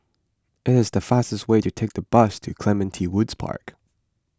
it is faster to take the bus to Clementi Woods Park